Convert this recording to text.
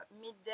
midday